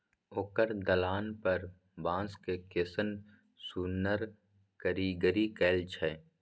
ओकर दलान पर बांसक केहन सुन्नर कारीगरी कएल छै